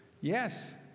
yes